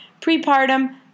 prepartum